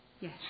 Yes